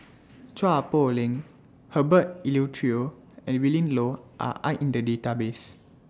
Chua Poh Leng Herbert Eleuterio and Willin Low Are in The Database